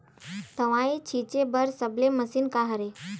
दवाई छिंचे बर सबले मशीन का हरे?